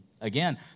again